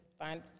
Find